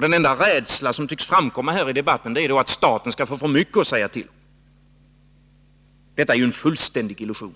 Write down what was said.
Den enda rädsla som tycks framkomma i debatten är att staten skall få för mycket att säga till om. Att staten skulle kunna föra datapolitik är en fullständig illusion.